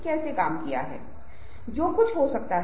अगर आप विजुअल देख रहे हैं